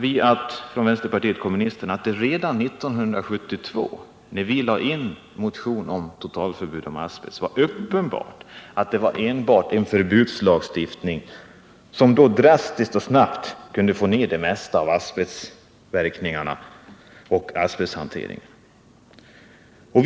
Vi från vänsterpartiet kommunisterna menar att det redan 1972, när vi väckte en motion om totalförbud mot asbest, var uppenbart att det enbart var en förbudslagstiftning som drastiskt och snabbt kunde få ner större delen av asbesthanteringen och asbestens verkningar.